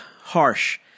harsh